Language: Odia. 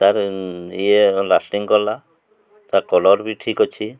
ତାର ଇଏ ଲାଷ୍ଟିଂ କଲା ତା କଲର୍ ବି ଠିକ୍ ଅଛି